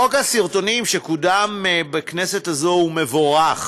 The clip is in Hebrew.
חוק הסרטונים שקודם בכנסת הזאת הוא מבורך,